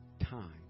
Time